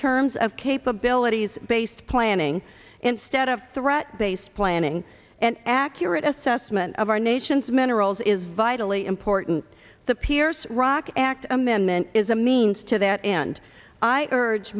terms of capabilities based planning instead of threat based planning and accurate assessment of our nation's minerals is vitally important the pierce rock act amendment is a means to the and i urge